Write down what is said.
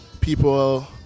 people